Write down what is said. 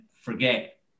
forget